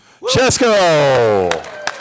Chesco